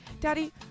daddy